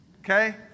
okay